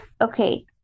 okay